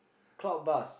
clock bust